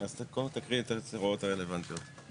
אז היא יכולה להחליט שהיא שמה את זה --- הרשויות המקומיות נמצאות כאן.